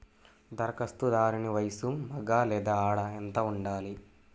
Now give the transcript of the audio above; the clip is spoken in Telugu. ధరఖాస్తుదారుని వయస్సు మగ లేదా ఆడ ఎంత ఉండాలి?